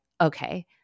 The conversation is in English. okay